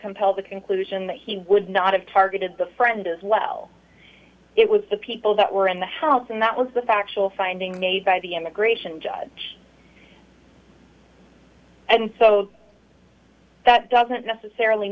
compel the conclusion that he would not have targeted the friend as well it was the people that were in the house and that was the factual finding made by the immigration judge and so that doesn't necessarily